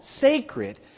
sacred